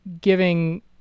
giving